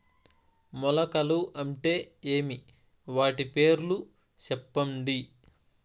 మొలకలు అంటే ఏమి? వాటి పేర్లు సెప్పండి?